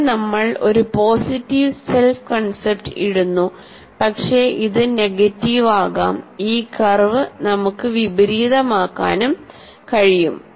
ഇവിടെ നമ്മൾ ഒരു പോസിറ്റീവ് സെൽഫ് കൺസെപ്റ്റ് ഇടുന്നു പക്ഷേ ഇത് നെഗറ്റീവ് ആകാംഈ കർവ് നമുക്ക്വി പരീതമാക്കാനുംകഴിയും